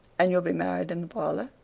and you'll be married in the parlor?